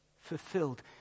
fulfilled